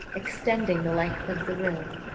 extending the length of the room,